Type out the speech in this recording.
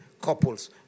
Couples